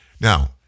Now